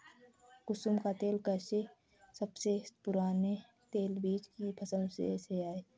कुसुम का तेल सबसे पुराने तेलबीज की फसल में से एक है